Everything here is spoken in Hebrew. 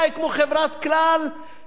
ששייכת, אומרים לי, לדנקנר,